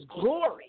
glory